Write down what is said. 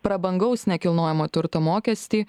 prabangaus nekilnojamo turto mokestį